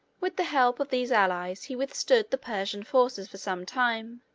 with the help of these allies he withstood the persian forces for some time,